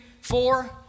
four